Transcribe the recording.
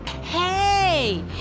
Hey